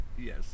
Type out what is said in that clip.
Yes